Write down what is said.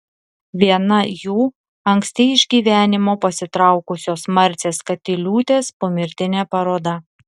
viena jų anksti iš gyvenimo pasitraukusios marcės katiliūtės pomirtinė paroda